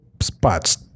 spots